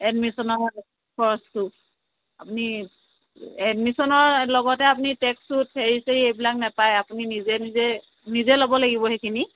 এডমিছনৰ খৰচটো আপুনি এডমিছনৰ লগতে আপুনি ট্ৰেকশ্বুট হেৰি চেৰি এইবিলাক নাপায় আপুনি নিজে নিজে নিজে ল'ব লাগিব সেইখিনি